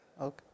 Okay